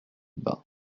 bas